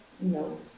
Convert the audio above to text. no